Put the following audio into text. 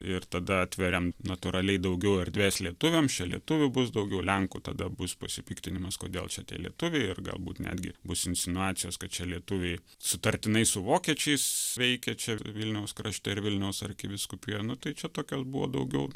ir tada atveriam natūraliai daugiau erdvės lietuviams čia lietuviai bus daugiau lenkų tada bus pasipiktinimas kodėl čia tie lietuviai ir galbūt netgi bus insinuacijos kad čia lietuviai sutartinai su vokiečiais veikia čia vilniaus krašte ir vilniaus arkivyskupijoj nu tai čia tokia buvo daugiau